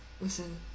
listen